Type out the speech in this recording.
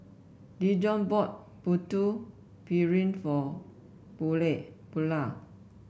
Dijon bought Putu Piring for Buelah